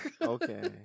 Okay